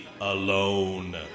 alone